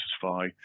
satisfy